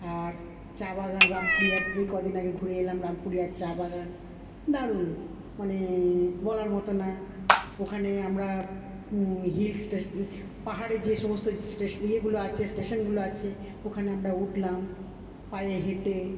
আর চা বাগান রাম্পুরিয়ার এই কদিন আগে ঘুরে এলাম রাম্পুরিয়ার চা বাগান দারুন মানে বলার মতো না ওখানে আমরা পাহাড়ে যে সমস্ত গুলো আছে স্টেশানগুলো আছে ওখানে আমরা উঠলাম পায়ে হেঁটে